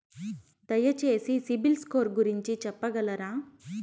దయచేసి సిబిల్ స్కోర్ గురించి చెప్పగలరా?